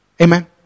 Amen